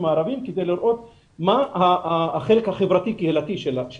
הערביים כדי לראות מה החלק חברתי קהילתי שלנו.